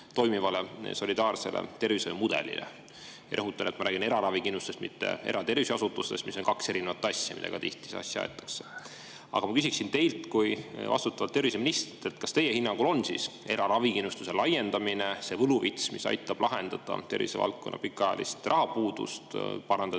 toimivale solidaarsele tervishoiumudelile. Rõhutan, et ma räägin eraravikindlustusest, mitte eratervishoiuasutustest, mis on kaks erinevat asja, mida ka tihti sassi aetakse. Aga ma küsiksin teilt kui vastutavalt terviseministrilt, et kas teie hinnangul on siis eraravikindlustuse laiendamine see võluvits, mis aitab lahendada tervisevaldkonna pikaajalist rahapuudust, parandada